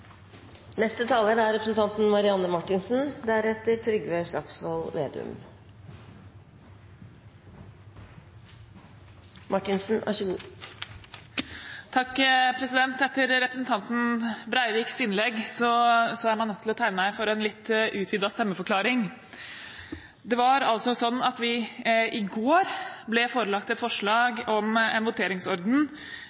Etter representanten Breiviks innlegg var jeg nødt til å tegne meg for en litt utvidet stemmeforklaring. Det var altså sånn at vi i går ble forelagt et